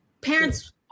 Parents